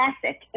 classic